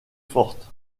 forte